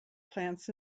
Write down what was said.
plants